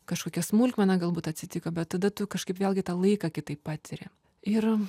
kažkokia smulkmena galbūt atsitiko bet tada tu kažkaip vėlgi tą laiką kitaip patiri ir